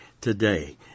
today